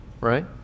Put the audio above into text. right